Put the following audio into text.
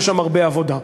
יש שם הרבה עבודה.